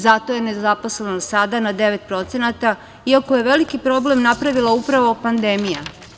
Zato je nezaposlenost sada na 9%, iako je veliki problem napravila upravo pandemija.